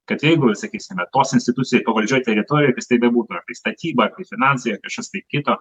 kad jeigu sakysime tos institucijai pavaldžioj teritorijoj kas tai bebūtų ar tai statyba ar tai finansai ar kažkas tai kito